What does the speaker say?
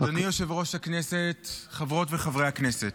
אדוני יושב-ראש הכנסת, חברות וחברי הכנסת,